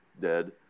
dead